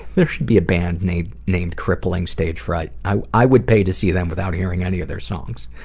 there should be a band named named crippling stage fright. i i would pay to see them without hearing any of their songs.